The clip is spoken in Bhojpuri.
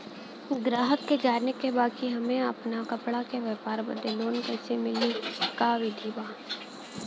गराहक के जाने के बा कि हमे अपना कपड़ा के व्यापार बदे लोन कैसे मिली का विधि बा?